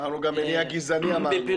-- גם ממניע גזעני אמרנו.